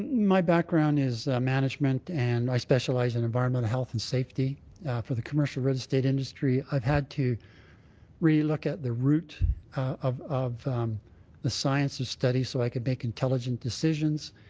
my background is management and i specialize in environmental health and safety for the commercial real estate industry. i've had to really look at the root of the the science's study so i can make intelligent decisions.